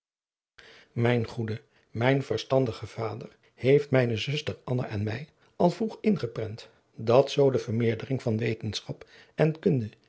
mijn goede mijn verstandige vader heeft mijne zuster anna en mij al vroeg ingeprent dat zoo de vermeerdering van wetenschap en kunde